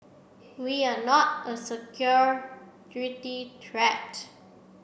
we are not a security threat